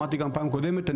אמרתי כבר בפעם הקודמת,